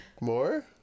More